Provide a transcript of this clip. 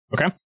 Okay